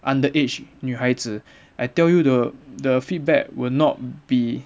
underage 女孩子 I tell you the the feedback will not be